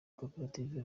koperative